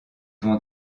vont